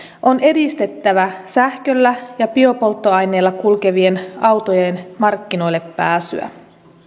on edistettävä sähköllä ja biopolttoaineilla kulkevien autojen markkinoillepääsyä